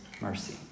mercy